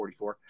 44